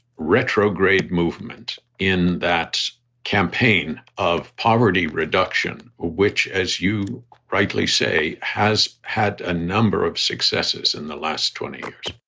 retrograde movement in that campaign of poverty reduction, which, as you rightly say, has had a number of successes in the last twenty years